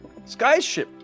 skyship